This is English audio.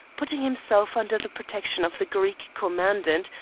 putting himself under the protection of the greek commandant,